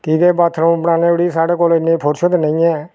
ठीक ऐ बाथरूम बनाने जोगी साढ़े कोल इन्नी फुर्सत नी ऐ